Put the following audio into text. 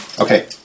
Okay